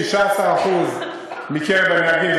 16% מקרב הנהגים,